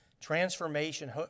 Transformation